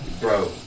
Bro